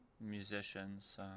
musicians